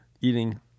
eating